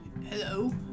Hello